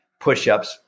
pushups